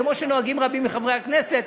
כמו שנוהגים רבים מחברי הכנסת,